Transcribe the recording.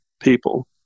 people